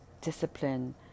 discipline